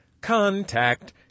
Contact